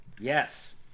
Yes